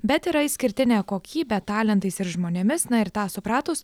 bet yra išskirtinė kokybe talentais ir žmonėmis na ir tą supratus